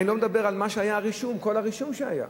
אני לא מדבר על מה שהיה ברישום, כל הרישום שהיה.